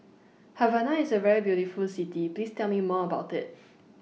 Havana IS A very beautiful City Please Tell Me More about IT